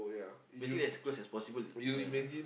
basically as close as possible oh ya